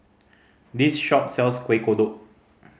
this shop sells Kueh Kodok